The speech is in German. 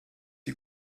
die